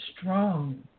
strong